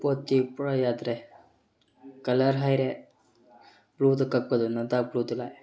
ꯄꯣꯠꯇꯤ ꯄꯨꯔꯥ ꯌꯥꯗ꯭ꯔꯦ ꯀꯂꯔ ꯍꯥꯏꯔꯦ ꯕ꯭ꯂꯨꯗ ꯀꯛꯄꯗꯨꯅ ꯗꯥꯔꯛ ꯕ꯭ꯂꯨꯗꯨ ꯂꯥꯛꯑꯦ